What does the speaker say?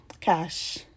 cash